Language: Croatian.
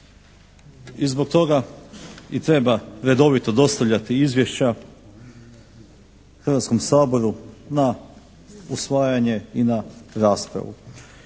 I zbog toga i treba redovito dostavljati izvješća Hrvatskom saboru na usvajanje i na raspravu.